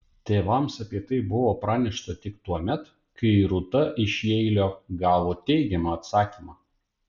tėvams apie tai buvo pranešta tik tuomet kai rūta iš jeilio gavo teigiamą atsakymą